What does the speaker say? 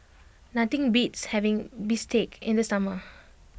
nothing beats having Bistake in the summer